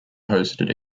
hosted